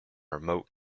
remote